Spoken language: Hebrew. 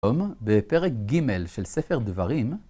היום בפרק ג' של ספר דברים